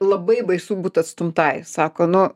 labai baisu būt atstumtai sako nu